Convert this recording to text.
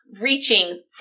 reaching